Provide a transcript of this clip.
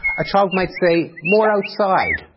a child might say, more outside,